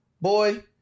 boy